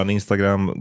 Instagram